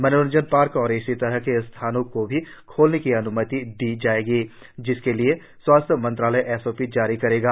मनोरंजन पार्क और इसी तरह के स्थानों को भी खोलने की अन्मति दी जाएगी जिसके लिए स्वास्थ्य मंत्रालय एसओपी जारी करेगा